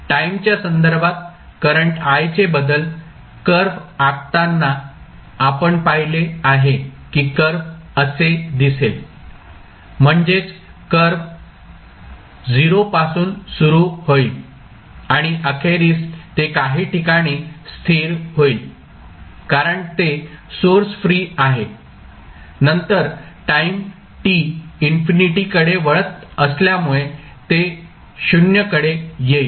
टाईमच्या संदर्भात current i चे बदल कर्व आखताना आपण पाहिले आहे की कर्व असे दिसेल म्हणजेच कर्व 0 पासून सुरू होईल आणि अखेरीस ते काही ठिकाणी स्थिर होईल कारण ते सोर्स फ्री आहे नंतर टाईम t इन्फिनिटीकडे वळत असल्यामुळे ते 0 कडे येईल